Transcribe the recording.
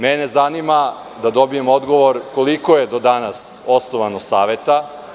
Mene zanima da dobijem odgovor – koliko je do danas osnovano saveta?